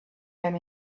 them